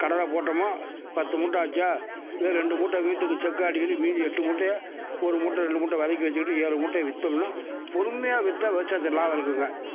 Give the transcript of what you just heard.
கடலை போட்டோமா பத்து மூட்டை ஆச்சா இதில் ரெண்டு மூட்டை வீட்டுக்கு செக்கு ஆட்டிட்டு மீதி எட்டு மூட்டையை ஒரு மூட்டை ரெண்டு மூட்டை விதைக்கு வச்சுக்கிட்டு ஏழு மூட்டையை விற்றோன்னா பொறுமையாக விற்றா விவசாயத்தில் லாபம் இருக்குங்க